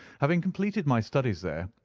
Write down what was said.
having completed my studies there,